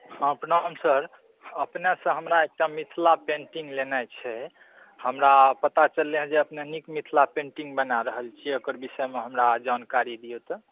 हँ प्रणाम सर अपनेसँ हमरा एकटा मिथिला पेण्टिङ्ग लेनाइ छै हमरा पता चललै हँ जे अपने नीक मिथिला पेण्टिङ्ग बना रहल छियै ओकर विषयमे हमरा जानकारी दिअ तऽ